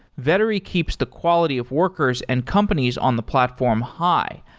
vettery keeps the quality of workers and companies on the platform high,